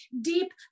Deep